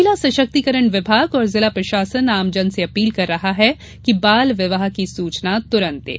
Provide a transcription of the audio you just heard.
महिला सशक्तिकरण विभाग और जिला प्रशासन आम जन से अपील कर रहा है कि बाल विवाह की सूचना त्रंत दें